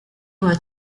were